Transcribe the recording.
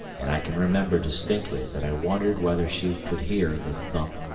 and i can remember distinctly that i wondered whether she could hear the thump!